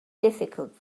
difficult